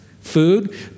food